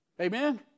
Amen